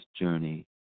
journey